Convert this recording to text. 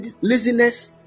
laziness